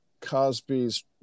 Cosby's